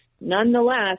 Nonetheless